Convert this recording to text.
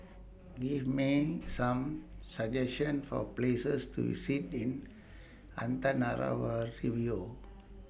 Give Me Some suggestions For Places to Sit in Antananarivo